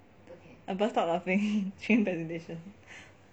I burst out laughing during presentation